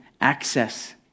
access